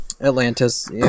Atlantis